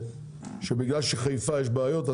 שבגלל שבחיפה יש בעיות,